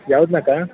ಯಾವುದನ್ನಾ ಅಕ್ಕ